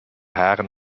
haren